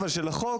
של החוק,